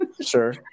Sure